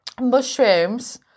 Mushrooms